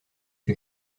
que